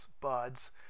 buds